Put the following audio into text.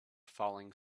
falling